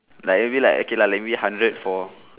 like maybe like okay lah maybe hundred for